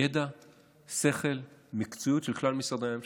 ידע, שכל, מקצועיות של כלל משרדי הממשלה.